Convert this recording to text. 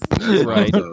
right